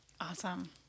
Awesome